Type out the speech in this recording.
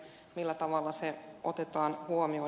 millä tavalla se otetaan huomioon